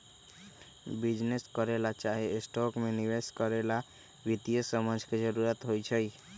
business करे ला चाहे स्टॉक में निवेश करे ला वित्तीय समझ के जरूरत होई छई